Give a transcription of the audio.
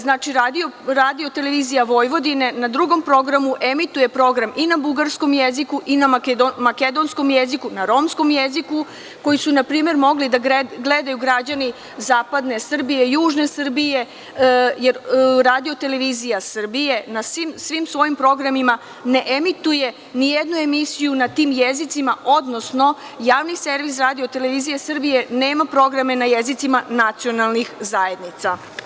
Znači, Radio-televizija Vojvodine na Drugom programu emituje program i na bugarskom jeziku i na makedonskom jeziku, na romskom jeziku, koje su npr. mogli da gledaju građani Zapadne Srbije, Južne Srbije jer Radio-televizija Srbije na svim svojim programima ne emituje nijednu emisiju na tim jezicima, odnosno Javni servis Radio-televizije Srbije nema programe na jezicima nacionalnih zajednica.